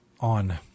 on